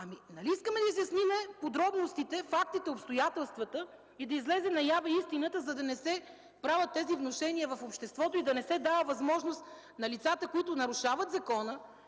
Нали искаме да изясним подробностите, фактите, обстоятелствата и да излезе наяве истината, за да не се правят тези внушения в обществото и да не се дава възможност на лицата, които нарушават закона,